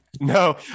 No